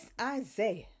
Isaiah